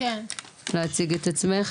להציג את עצמך.